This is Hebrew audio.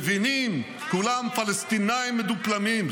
מבינים ------- כולם פלסטינים מדופלמים,